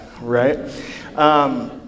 right